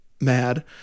mad